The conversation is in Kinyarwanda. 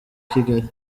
kigali